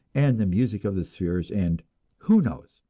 and the music of the spheres, and who knows,